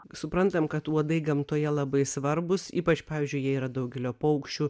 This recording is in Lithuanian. suprantam kad uodai gamtoje labai svarbūs ypač pavyzdžiui jie yra daugelio paukščių